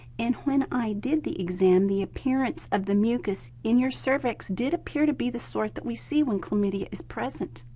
and when i did the exam the appearance of the mucus in your cervix did appear to be the sort that we see when chlamydia is present.